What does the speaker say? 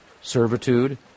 Servitude